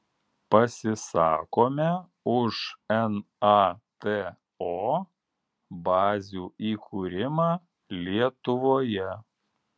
pasisakome už nato bazių įkūrimą lietuvoje